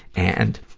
and,